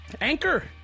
anchor